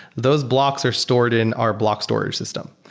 those blocks are stored in our block storage system.